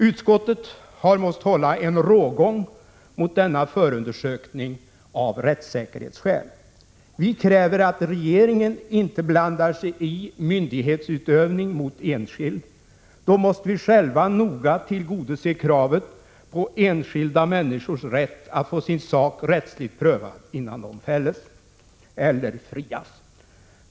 Utskottet har måst hålla en rågång mot denna förundersökning av rättssäkerhetsskäl. Vi kräver att regeringen inte blandar sig i myndighetsutövning mot enskild. Då måste vi själva noga tillgodose kravet på enskilda människors rätt att få sin sak rättsligt prövad, innan de fälls eller frias.